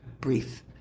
brief